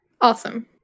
awesome